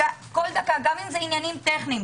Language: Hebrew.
גם אם זה עניינים טכניים,